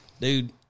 dude